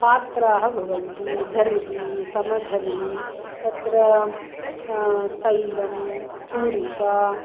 पात्राः भवन्ति दर्वी समदर्वी तत्र तैलं चुरिका